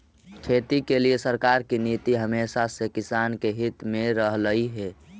खेती के लिए सरकार की नीति हमेशा से किसान के हित में रहलई हे